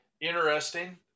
interesting